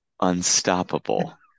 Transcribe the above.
unstoppable